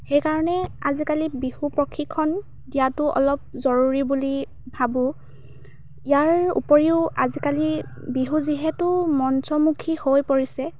সেইকাৰণে আজিকালি বিহু প্ৰশিক্ষণ দিয়াতো অলপ জৰুৰী বুলি ভাবোঁ ইয়াৰ উপৰিও আজিকালি বিহু যিহেতু মঞ্চমুখী হৈ পৰিছে